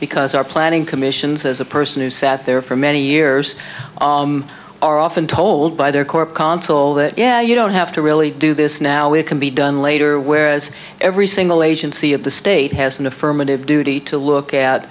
because our planning commissions as a person who sat there for many years are often told by their core consul that yeah you don't have to really do this now it can be done later whereas every single agency of the state has an affirmative duty to look at